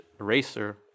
eraser